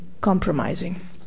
compromising